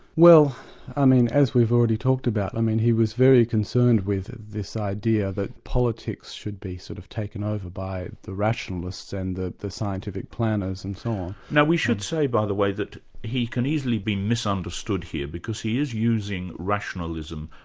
well i mean, as we've already talked about, i mean he was very concerned with this idea that politics should be sort of taken over by the rationalists and the the scientific planners and so on. now we should say, by the way, that he can easily be misunderstood here, because he is using rationalism,